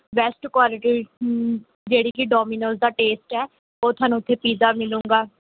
best quality ਜਿਹੜੀ ਕਿ Domino's ਦਾ ਟੇਸਟ ਹੈ ਉਹ ਤੁਹਾਨੂੰ ਉੱਥੇ ਪੀਜ਼ਾ ਮਿਲੂੰਗਾ